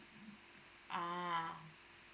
ah